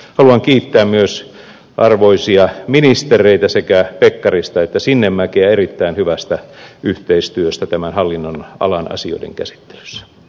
haluan kiittää myös arvoisia ministereitä sekä pekkarista että sinnemäkeä erittäin hyvästä yhteistyöstä tämän hallinnonalan asioiden käsittelyssä